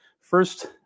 First